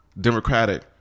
democratic